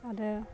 आरो